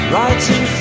Writing